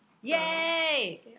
Yay